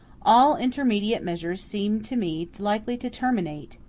all intermediate measures seem to me likely to terminate,